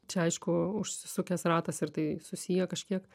čia aišku užsisukęs ratas ir tai susiję kažkiek